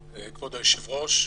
כבוד היושב-ראש,